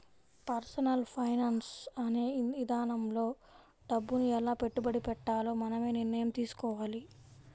personal finance అనే ఇదానంలో డబ్బుని ఎలా పెట్టుబడి పెట్టాలో మనమే నిర్ణయం తీసుకోవాలి